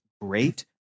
great